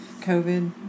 covid